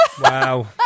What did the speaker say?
Wow